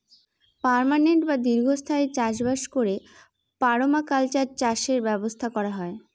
permanent বা দীর্ঘস্থায়ী চাষ বাস করে পারমাকালচার চাষের ব্যবস্থা করা হয়